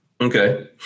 Okay